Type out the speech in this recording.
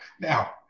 now